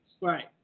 Right